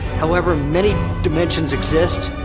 however many dimensions exist.